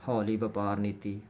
ਹੌਲੀ ਵਪਾਰ ਨੀਤੀ